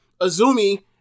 Azumi